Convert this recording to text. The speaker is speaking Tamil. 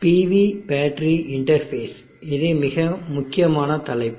PV பேட்டரி இன்டர்பேஸ் இது மிக முக்கியமான தலைப்பு